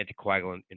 anticoagulant